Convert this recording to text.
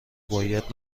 باید